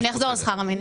נכון.